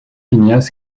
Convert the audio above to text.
ignace